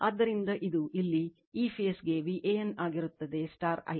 ಆದ್ದರಿಂದ ಇದು ಇಲ್ಲಿ ಈ ಫೇಸ್ ಗೆ VAN ಆಗಿರುತ್ತದೆ Ia